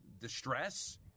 distress